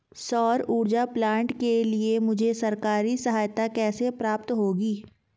सौर ऊर्जा प्लांट के लिए मुझे सरकारी सहायता कैसे प्राप्त होगी?